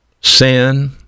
Sin